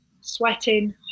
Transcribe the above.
sweating